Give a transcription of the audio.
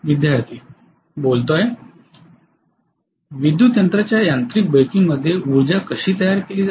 विद्यार्थीः विद्युत यंत्राच्या यांत्रिक ब्रेकिंगमध्ये ऊर्जा कशी तयार केली जाते